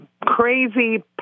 crazy